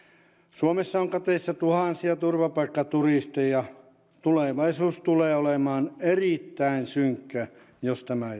suomessa on kateissa tuhansia turvapaikkaturisteja tulevaisuus tulee olemaan erittäin synkkä jos tämä